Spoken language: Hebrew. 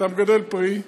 שאתה מגדל פרי,